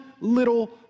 little